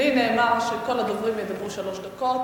לי נאמר שכל הדוברים ידברו שלוש דקות.